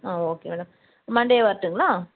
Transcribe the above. ஆ okay madam Monday வரட்டுங்களா